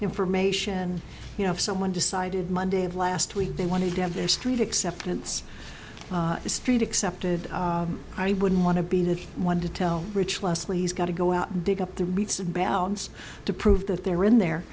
information you know if someone decided monday of last week they wanted to have their street acceptance street accepted i wouldn't want to be the one to tell rich lesley's got to go out and dig up the roots of balance to prove that they're in there